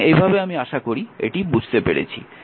সুতরাং এইভাবে আমি আশা করি এটি বুঝতে পেরেছি